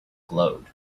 glowed